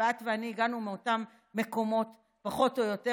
ואת ואני הגענו מאותם מקומות פחות או יותר,